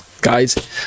guys